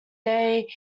they